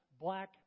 black